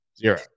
zero